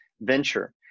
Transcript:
venture